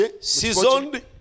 Seasoned